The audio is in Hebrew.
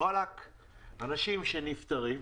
אנשים נפטרים,